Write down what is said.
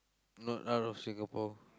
not out of Singapore